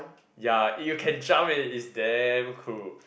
ya eh you can jump eh is damn cool